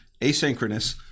asynchronous